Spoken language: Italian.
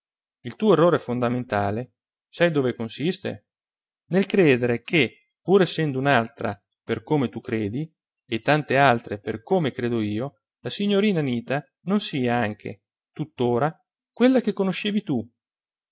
il tuo errore fondamentale sai dove consiste nel credere che pur essendo un'altra per come tu credi e tante altre per come credo io la signorina anita non sia anche tuttora quella che conoscevi tu